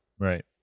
Right